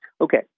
Okay